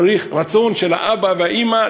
צריך רצון של האבא והאימא.